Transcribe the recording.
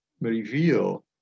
reveal